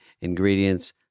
ingredients